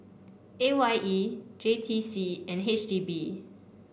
A Y E J T C and H D B